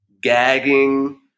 gagging